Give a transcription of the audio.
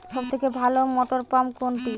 সবথেকে ভালো মটরপাম্প কোনটি?